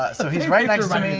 ah so he's right next to me,